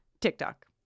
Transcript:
TikTok